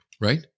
right